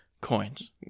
coins